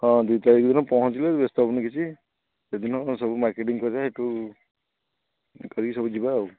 ହଁ ଦୁଇ ତାରିଖ ଦିନ ପହଁଞ୍ଚିଲେ ବ୍ୟସ୍ତ ହେବୁନି କିଛି ସେଦିନ ସବୁ ମାର୍କେଟିଙ୍ଗ୍ କରିବା ସେଠୁ ଇଏ କରି ସବୁ ଯିବା ଆଉ